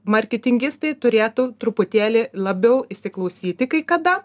marketingistai turėtų truputėlį labiau įsiklausyti kai kada